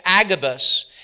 Agabus